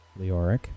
Leoric